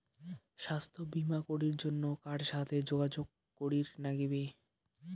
স্বাস্থ্য বিমা করির জন্যে কার সাথে যোগাযোগ করির নাগিবে?